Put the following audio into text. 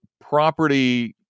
property